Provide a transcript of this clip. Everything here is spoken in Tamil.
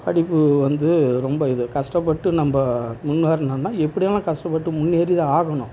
படிப்பு வந்து ரொம்ப இது கஷ்டப்பட்டு நம்ம முன்னேறனுன்னால் எப்படி வேணாலும் கஷ்டப்பட்டு முன்னேறி தான் ஆகணும்